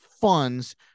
funds